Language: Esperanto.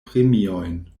premiojn